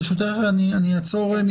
ברשותך נעצור,